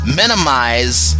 minimize